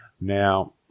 Now